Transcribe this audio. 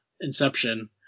Inception